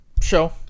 show